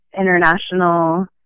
international